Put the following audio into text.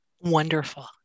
Wonderful